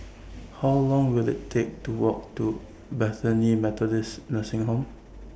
How Long Will IT Take to Walk to Bethany Methodist Nursing Home